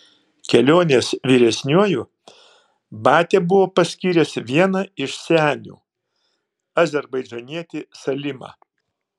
kelionės vyresniuoju batia buvo paskyręs vieną iš senių azerbaidžanietį salimą